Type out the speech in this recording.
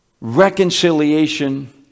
reconciliation